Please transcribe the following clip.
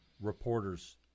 Reporters